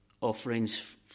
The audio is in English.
offerings